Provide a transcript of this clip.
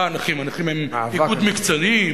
מה, הנכים הם איגוד מקצועי?